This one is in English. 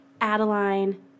Adeline